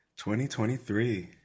2023